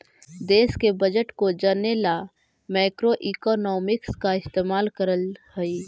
देश के बजट को जने ला मैक्रोइकॉनॉमिक्स का इस्तेमाल करल हई